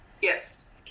Yes